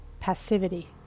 passivity